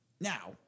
Now